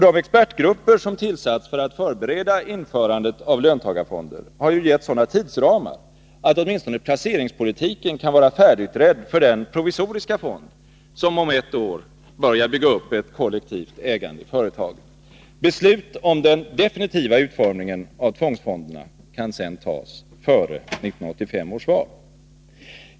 De expertgrupper som har tillsatts för att förbereda införandet av löntagarfonder har ju givits sådana tidsramar att åtminstone placeringspolitiken kan vara färdigutredd för den provisoriska fond som om ett år börjar bygga upp ett kollektivt ägande i företagen. Beslut om den definitiva utformningen av tvångsfonderna kan sedan tas före 1985 års val.